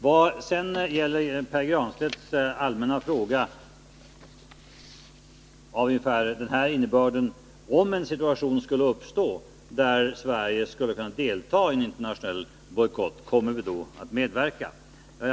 Vad sedan gäller Pär Granstedts allmänna fråga hade den ungefär följande innebörd: Om en situation skulle uppstå så att Sverige skulle kunna delta i en internationell bojkott, kommer vi då att medverka till en sådan?